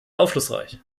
aufschlussreich